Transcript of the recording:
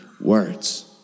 words